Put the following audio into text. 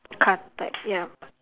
car type yup